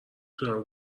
تونم